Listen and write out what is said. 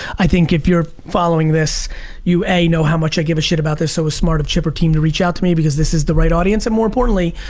i think if you're following this you ain't know how much i give a shit about this so smart of chipper team to reach out to me because this is the right audience and more importantly,